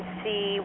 see